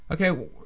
Okay